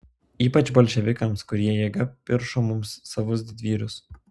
ypač bolševikams kurie jėga piršo mums savus didvyrius